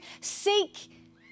seek